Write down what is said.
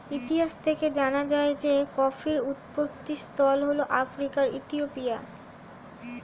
ইতিহাস থেকে জানা যায় যে কফির উৎপত্তিস্থল হল আফ্রিকার ইথিওপিয়া